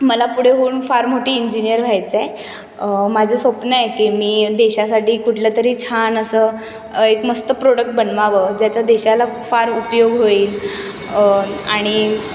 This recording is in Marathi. मला पुढे होवून फार मोठी इंजिनिअर व्हायचं आहे माझं स्वप्न आहे की मी देशासाठी कुठलंतरी छान असं एक मस्त प्रोडक्ट बनवावं ज्याचा देशाला फार उपयोग होईल आणि